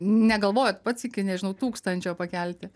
negalvojat pats iki nežinau tūkstančio pakelti